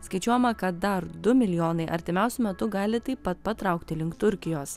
skaičiuojama kad dar du milijonai artimiausiu metu gali taip pat patraukti link turkijos